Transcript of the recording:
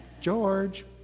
George